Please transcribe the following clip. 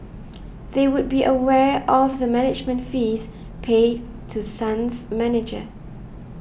they would be aware of the management fees paid to Sun's manager